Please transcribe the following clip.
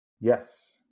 Yes